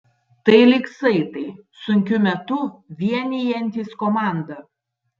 tai lyg saitai sunkiu metu vienijantys komandą